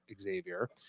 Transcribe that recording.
Xavier